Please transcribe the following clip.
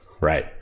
Right